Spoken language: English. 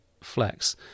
flex